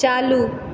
चालू